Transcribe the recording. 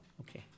Okay